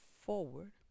forward